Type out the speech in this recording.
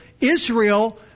Israel